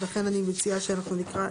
ולכן אני מציעה שאנחנו נקרא,